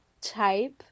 type